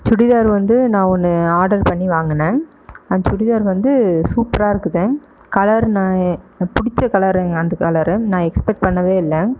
சுடிதார் வந்து நான் ஒன்று ஆர்டர் பண்ணி வாங்கினேன் அந்த சுடிதார் வந்து சூப்பராக இருக்குது கலர் நான் எ எனக்கு பிடிச்ச கலருங்க அந்த கலர் நான் எக்ஸ்பெக்ட் பண்ணவே இல்லை